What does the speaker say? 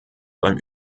beim